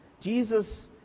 Jesus